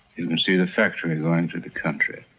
you can see the factory going into the country.